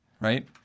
Right